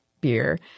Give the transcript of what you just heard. beer